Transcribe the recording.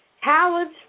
Howard's